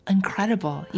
Incredible